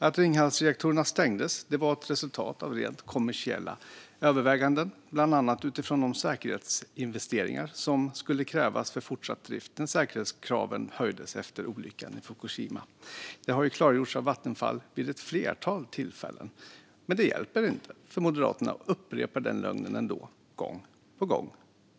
Att Ringhalsreaktorerna stängdes var ett resultat av rent kommersiella överväganden, bland annat utifrån de säkerhetsinvesteringar som skulle krävas för fortsatt drift. Säkerhetskraven höjdes ju efter olyckan i Fukushima. Detta har ju klargjorts av Vattenfall vid ett flertal tillfällen. Men det hjälper inte, för Moderaterna upprepar ändå den lögnen gång på gång.